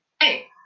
Hey